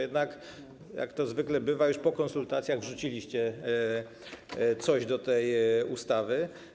Jednak, jak to zwykle bywa, już po konsultacjach wrzuciliście coś do tej ustawy.